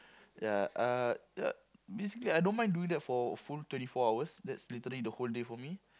ya uh uh basically I don't mind doing that for full twenty four hours that's literally the whole day for me